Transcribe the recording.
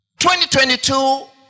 2022